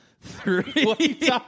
Three